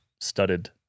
studded